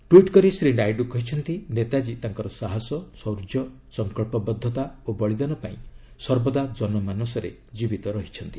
tweet କରି ଶ୍ରୀ ନାଇଡୁ କହିଛନ୍ତି ନେତାଜୀ ତାଙ୍କର ସାହସ ଶୌର୍ଯ୍ୟ ସଙ୍କଳ୍ପବଦ୍ଧତା ଓ ବଳିଦାନ ପାଇଁ ସର୍ବଦା ଜନମାନସରେ ଜୀବିତ ରହିଛନ୍ତି